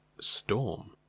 Storm